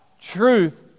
Truth